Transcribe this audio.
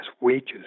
wages